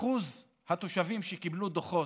אחוז התושבים שקיבלו דוחות,